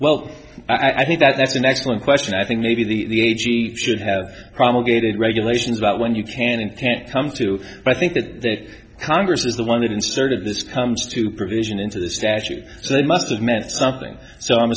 well i think that that's an excellent question i think maybe the should have promulgated regulations about when you can and can't come to i think that congress is the one that inserted this comes to provision into the statute so they must have meant something so i'm